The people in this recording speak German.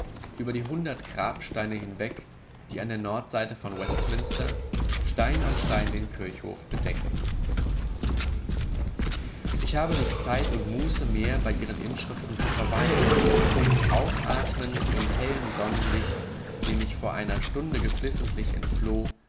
über die hundert grabsteine hinweg die an der nordseite von westminster stein an stein den kirchhof bedecken ich habe nicht zeit und muße mehr bei ihren inschriften zu verweilen und aufatmend im hellen sonnenlicht dem ich vor einer stunde geflissentlich entfloh